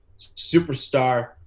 Superstar